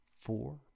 four